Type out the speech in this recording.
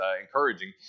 encouraging